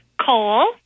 Cole